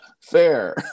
fair